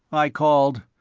i called.